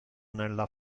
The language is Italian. nella